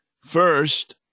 First